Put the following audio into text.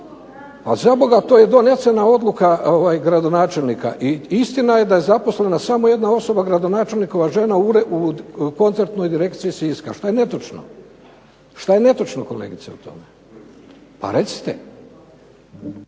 A zaboga to je donesena odluka gradonačelnika. I istina je da je zaposlena samo jedna osoba, gradonačelnikova žena u Koncertnoj direkciji Siska. Što je netočno, što je netočno kolegice u tome, pa recite.